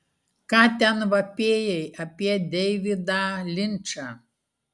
ką ten vapėjai apie deividą linčą